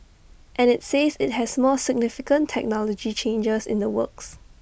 and IT says IT has more significant technology changes in the works